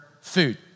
food